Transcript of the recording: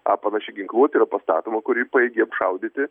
a panaši ginkluotė yra pastatoma kuri pajėgi apšaudyti